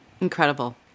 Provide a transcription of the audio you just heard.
Incredible